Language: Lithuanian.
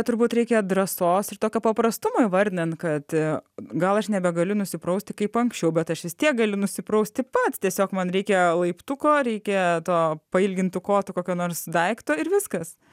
turbūt reikia drąsos ir tokio paprastumo įvardinant kad gal aš nebegaliu nusiprausti kaip anksčiau bet aš vis tiek galiu nusiprausti pats tiesiog man reikia laiptuko reikia to pailgintu kotu kokio nors daikto ir viskas